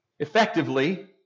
effectively